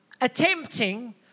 attempting